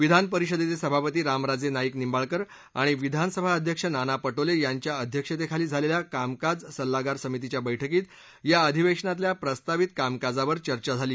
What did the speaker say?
विधान परिषदेचे सभापती रामराजे नाईक निंबाळकर आणि विधानसभा अध्यक्ष नाना पटोले यांच्या अध्यक्षतेखाली झालेल्या कामकाज सल्लागार समितीच्या बैठकीत या अधिवेशनातल्या प्रस्तावित कामकाजावर चर्चा झाली